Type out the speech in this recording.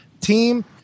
team